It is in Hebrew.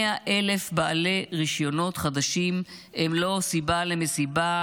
100,000 בעלי רישיונות חדשים הם לא סיבה למסיבה,